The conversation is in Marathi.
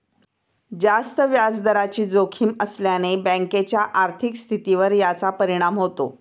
जास्त व्याजदराची जोखीम असल्याने बँकेच्या आर्थिक स्थितीवर याचा परिणाम होतो